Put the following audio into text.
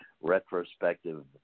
retrospective